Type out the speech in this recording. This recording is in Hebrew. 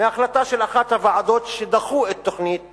מהחלטה של אחת הוועדות שדחו את תוכנית